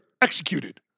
executed